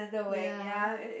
ya